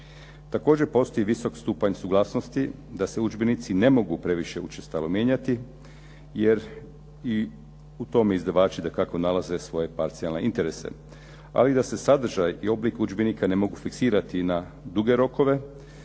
Također postoji visok stupanj suglasnosti da se udžbenici ne mogu previše učestalo mijenjati, jer i u tome izdavači dakako nalaze svoje parcijalne interese. Ali da se sadržaj i oblik udžbenika ne mogu fiksirati i na duge rokove